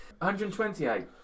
128